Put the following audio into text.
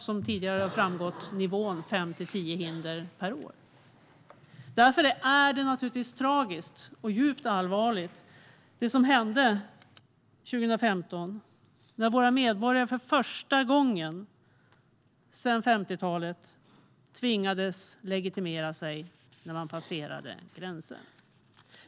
Som tidigare har framgått angav man nivån fem till tio hinder per år. Därför är det som hände 2015 naturligtvis tragiskt och djupt allvarligt. För första gången sedan 50-talet tvingades våra medborgare att legitimera sig när de passerade gränsen.